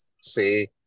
say